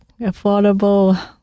affordable